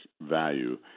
value